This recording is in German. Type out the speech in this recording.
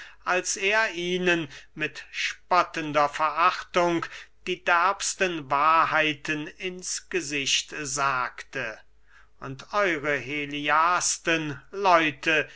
als er ihnen mit spottender verachtung die derbsten wahrheiten ins gesicht sagte und euere heliasten leute